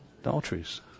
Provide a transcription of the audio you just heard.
Adulteries